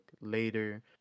later